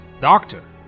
Doctor